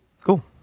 Cool